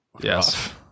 yes